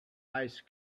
ice